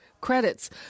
credits